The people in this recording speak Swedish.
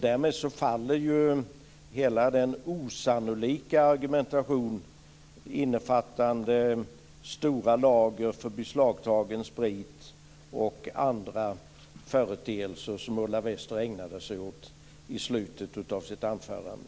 Därmed faller ju hela den osannolika argumentation, innefattande stora lager av beslagtagen sprit och andra företeelser, som Ulla Wester ägnade sig åt i slutet av sitt anförande.